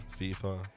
FIFA